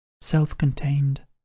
Self-contained